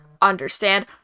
understand